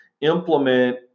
implement